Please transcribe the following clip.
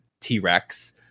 T-Rex